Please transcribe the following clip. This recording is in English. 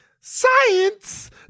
science